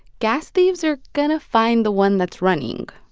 gas thieves are going to find the one that's running.